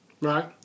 Right